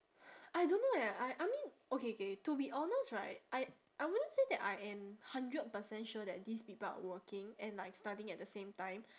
I don't know eh I I mean okay K to be honest right I I wouldn't say that I am hundred percent sure that these people are working and like studying at the same time